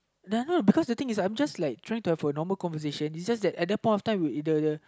ya I know because the thing is like I'm just like trying to have a normal conversation it's just that at the point of time we have the the